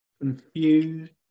Confused